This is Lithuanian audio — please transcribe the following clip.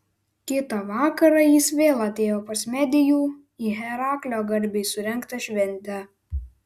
kitą vakarą jis vėl atėjo pas medijų į heraklio garbei surengtą šventę